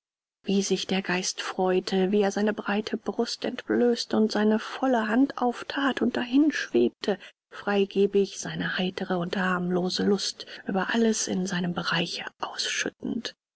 wie sich der geist freute wie er seine breite brust entblößte und seine volle hand aufthat und dahinschwebte freigebig seine heitere und harmlose lust über alles in seinem bereiche ausschüttend